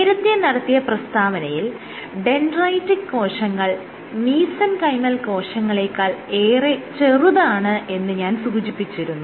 നേരത്തെ നടത്തിയ പ്രസ്താവനയിൽ ഡെൻഡ്രൈറ്റിക് കോശങ്ങൾ മീസെൻകൈമൽ കോശങ്ങളെക്കാൾ ഏറെ ചെറുതാണ് എന്ന് ഞാൻ സൂചിപ്പിച്ചിരുന്നു